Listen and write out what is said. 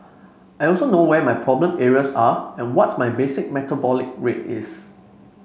I also know where my problem areas are and what my basic metabolic rate is